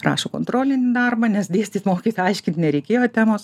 rašo kontrolinį darbą nes dėstyt mokyt aiškint nereikėjo temos